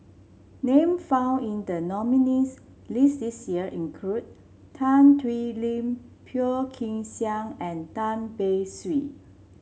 name found in the nominees' list this year include Tan Thoon Lip Phua Kin Siang and Tan Beng Swee